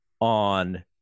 on